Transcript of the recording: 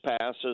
passes